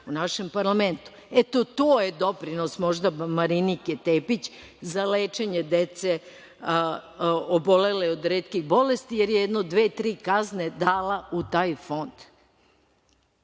u našem parlamentu. Eto, to je doprinos, možda Marinike Tepić za lečenje dece obolele od retkih bolesti, jer je jedno dve, tri kazne dala u taj fond.